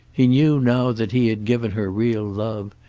he knew now that he had given her real love,